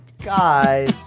Guys